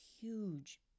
huge